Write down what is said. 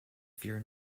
fear